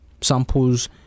samples